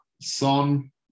Son